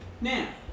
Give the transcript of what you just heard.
Now